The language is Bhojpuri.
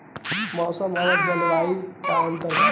मौसम और जलवायु में का अंतर बा?